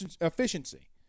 efficiency